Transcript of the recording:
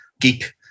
geek